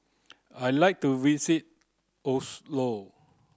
I like to visit Oslo